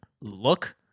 look